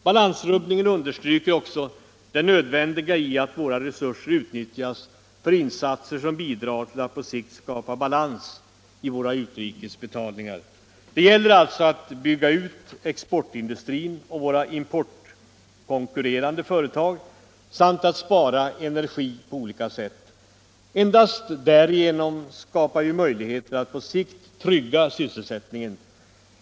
Balansrubbningen understryker också det nödvändiga i att våra resurser utnyttjas för insatser som bidrar till att på sikt skapa balans i våra utrikes betalningar. Det gäller alltså att bygga ut exportindustrin och våra importkonkurrerande företag samt att spara energi på olika sätt. Endast därigenom skapas möjligheter att på sikt trygga sysselsättningen.